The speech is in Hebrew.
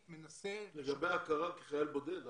לגבי ההכרה כחייל בודד?